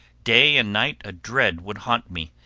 day and night a dread would haunt me,